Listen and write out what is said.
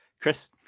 Chris